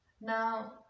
Now